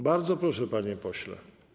Bardzo proszę, panie pośle.